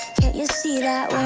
can't you see that